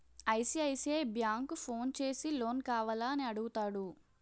ICICI bank phone చేసి loan కావాల అని అడుగుతాడు